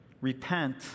repent